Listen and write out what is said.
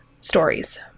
stories